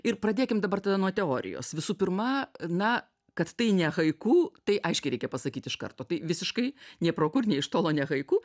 ir pradėkim dabar tada nuo teorijos visų pirma na kad tai ne haiku tai aiškiai reikia pasakyti iš karto tai visiškai ne pro kur nė iš tolo ne haiku